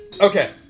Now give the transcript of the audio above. Okay